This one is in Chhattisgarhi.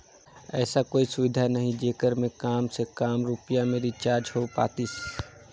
ऐसा कोई सुविधा नहीं जेकर मे काम से काम रुपिया मे रिचार्ज हो पातीस?